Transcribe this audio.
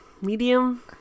medium